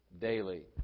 daily